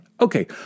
Okay